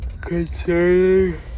concerning